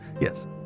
yes